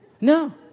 No